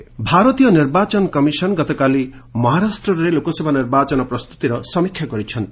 EC Maharashtra ଭାରତୀୟ ନିର୍ବାଚନ commission ଗତକାଲି ମହାରାଷ୍ଟ୍ରରେ ଲୋକସଭା ନିର୍ବାଚନ ପ୍ରସ୍ତୁତିର ସମୀକ୍ଷା କରିଛନ୍ତି